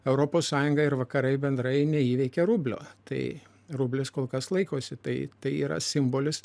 europos sąjunga ir vakarai bendrai neįveikia rublio tai rublis kol kas laikosi tai tai yra simbolis